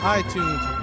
itunes